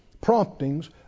promptings